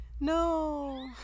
No